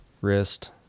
wrist